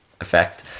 effect